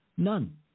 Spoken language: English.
None